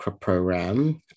program